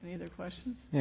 other questions? yeah.